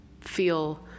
feel